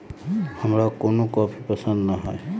हमरा कोनो कॉफी पसंदे न हए